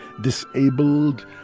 disabled